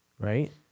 right